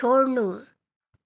छोड्नु